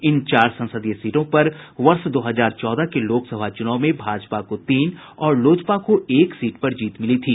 इन चार संसदीय सीटों पर वर्ष दो हजार चौदह के लोकसभा चुनाव में भाजपा को तीन और लोजपा को एक सीट पर जीत मिली थी